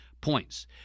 points